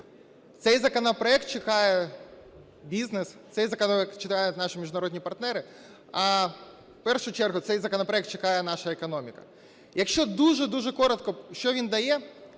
Цей законопроект чекає бізнес, цей законопроект чекають наші міжнародні партнери, а в першу чергу цей законопроект чекає наша економіка. Якщо дуже-дуже коротко, що він дає,